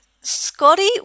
Scotty